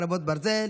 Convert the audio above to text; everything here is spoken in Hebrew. חרבות ברזל)